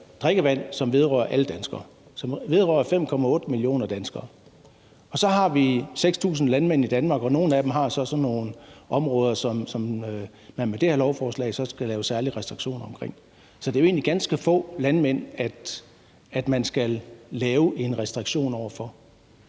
drikkevand, som vedrører alle danskere, som vedrører 5,8 millioner danskere, og så har vi 6.000 landmænd i Danmark, og nogle af dem har så nogle områder, som man med det her lovforslag skal lave særlige restriktioner omkring. Så det er jo egentlig ganske få landmænd, man skal lave en restriktion over for,